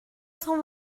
cent